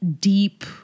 deep